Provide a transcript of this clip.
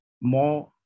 more